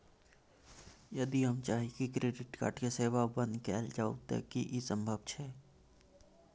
यदि हम चाही की क्रेडिट कार्ड के सेवा बंद कैल जाऊ त की इ संभव छै?